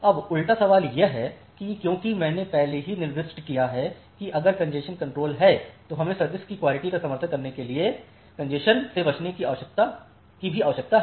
अब उल्टा सवाल यह भी है क्योंकि मैंने पहले ही निर्दिष्ट किया है कि अगर कॅन्जेशन कंट्रोल है तो हमें सर्विस की क्वालिटी का समर्थन करने के लिए कॅन्जेशन से बचने की भी आवश्यकता है